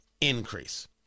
increase